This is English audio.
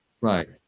Right